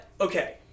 Okay